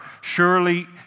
Surely